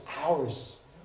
hours